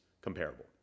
comparable